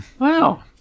Wow